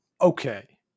Okay